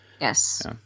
yes